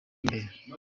imbere